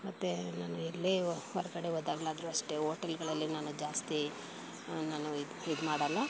ಮತ್ತು ನಾನು ಎಲ್ಲೇ ಹೊರಗಡೆ ಹೋದಾಗಲಾದ್ರೂ ಅಷ್ಟೇ ಓಟೆಲ್ಗಳಲ್ಲಿ ನಾನು ಜಾಸ್ತಿ ನಾನು ಇದು ಇದ್ಮಾಡೋಲ್ಲ